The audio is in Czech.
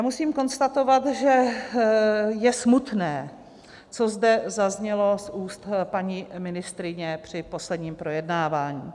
Musím konstatovat, že je smutné, co zde zaznělo z úst paní ministryně při posledním projednávání.